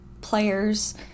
players